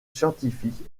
scientifique